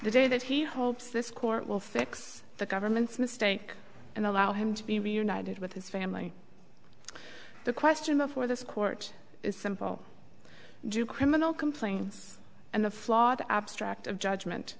the day that he hopes this court will fix the government's mistake and allow him to be reunited with his family the question before this court is simple do criminal complaints and the flawed abstract of judgment